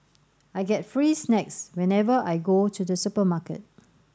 I get free snacks whenever I go to the supermarket